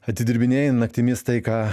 atidirbinėji naktimis tai ką